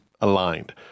aligned